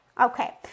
Okay